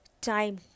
time